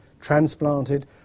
transplanted